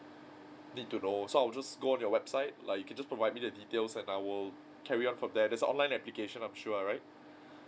need to know so I will just go on your website like you can just provide me the details and I will carry on from there there's an online application I'm sure right